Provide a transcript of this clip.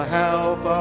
help